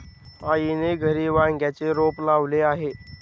आईने घरी वांग्याचे रोप लावले आहे